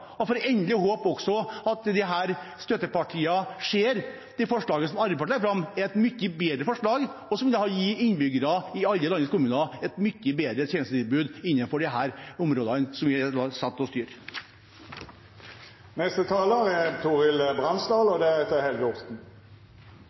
det forslaget som Arbeiderpartiet har lagt fram, er et mye bedre forslag, som vil gi innbyggere i alle landets kommuner et mye bedre tjenestetilbud innenfor disse områdene. Til representanten Asphjell må jeg si at det er